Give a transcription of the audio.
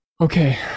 Okay